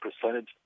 percentage